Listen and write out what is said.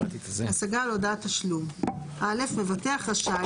השגה על הודעת תשלום 78כח. (א) מבטח רשאי